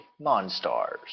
Monstars